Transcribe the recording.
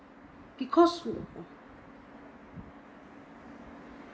because